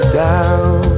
down